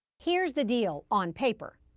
here's the deal on paper.